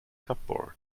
cupboard